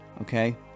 okay